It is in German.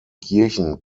kirchen